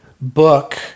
book